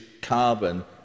carbon